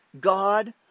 God